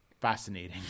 Fascinating